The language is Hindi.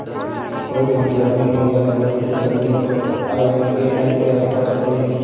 कोई पेमेंट करनी हो या पेमेंट रिसीव करनी हो तो आई.बी.ए.एन की आवश्यकता पड़ती है